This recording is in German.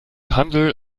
handel